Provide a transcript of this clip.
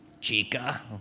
chica